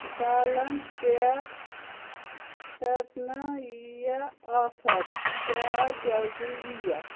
دالن پٮ۪ٹھ کَرنہٕ ییٖیا آفر کیٛاہ جلدی ییٖیا